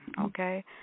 okay